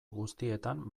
guztietan